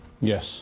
Yes